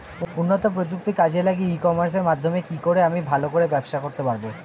উন্নত প্রযুক্তি কাজে লাগিয়ে ই কমার্সের মাধ্যমে কি করে আমি ভালো করে ব্যবসা করতে পারব?